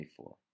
24